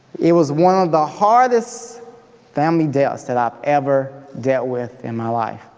it was one of the hardest family deaths that i've ever dealt with in my life.